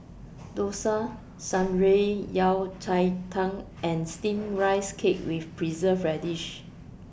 Dosa Shan Rui Yao Cai Tang and Steamed Rice Cake with Preserved Radish